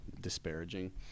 disparaging